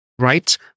Right